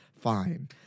fine